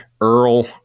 Earl